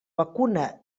vacuna